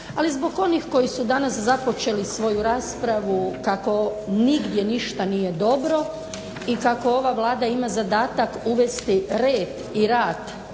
Ali zbog onih koji su danas započeli svoju raspravu kako nigdje ništa nije dobro i kako ova Vlada ima zadatak uvesti red i rad